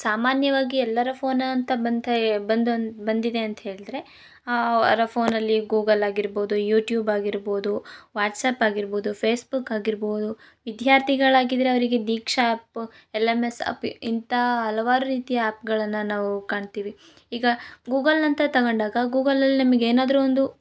ಸಾಮಾನ್ಯವಾಗಿ ಎಲ್ಲರ ಫೋನ್ ಅಂತ ಬಂತ ಏ ಬಂದ ಬಂದಿದೆ ಅಂತ ಹೇಳಿದ್ರೆ ಆ ರ ಫೋನಲ್ಲಿ ಗೂಗಲ್ ಆಗಿರ್ಬೋದು ಯುಟ್ಯೂಬ್ ಆಗಿರ್ಬೋದು ವಾಟ್ಸ್ಆ್ಯಪ್ ಆಗಿರ್ಬೋದು ಫೇಸ್ಬುಕ್ ಆಗಿರ್ಬೋದು ವಿದ್ಯಾರ್ಥಿಗಳಾಗಿದ್ರೆ ಅವರಿಗೆ Diksha app L M S app ಇಂಥಾ ಹಲವಾರ್ ರೀತಿಯ ಆ್ಯಪ್ಗಳನ್ನು ನಾವು ಕಾಣ್ತಿವಿ ಈಗ ಗೂಗಲ್ ನಂಥ ತಗೊಂಡಾಗ ಗೂಗಲ್ನಲ್ಲಿ ನಮ್ಗೆ ಏನಾದರು ಒಂದು